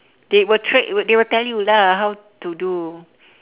they will trai~ they will tell you lah how to do